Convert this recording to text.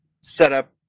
setup